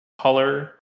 color